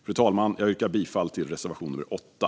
Fru talman! Jag yrkar bifall till reservation 8.